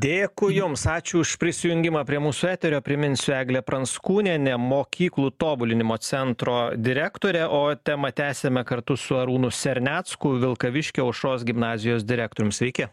dėkui jums ačiū už prisijungimą prie mūsų eterio priminsiu eglė pranckūnienė mokyklų tobulinimo centro direktorė o temą tęsiame kartu su arūnu sernecku vilkaviškio aušros gimnazijos direktorium sveiki